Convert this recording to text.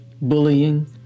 Bullying